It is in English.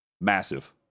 Massive